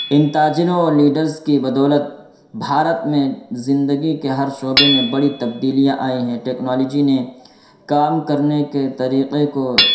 ان تاجروں اور لیڈرس کی بدولت بھارت میں زندگی کے ہر شعبے میں بڑی تبدیلیاں آئی ہیں ٹیکنالوجی نے کام کرنے کے طریقے کو